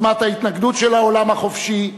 עוצמת ההתנגדות של העולם החופשי,